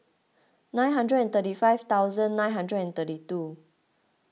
nine hundred and thirty five thousand nine hundred and thirty two